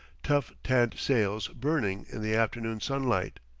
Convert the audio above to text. tough tanned sails burning in the afternoon sunlight.